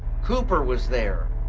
cooper was there,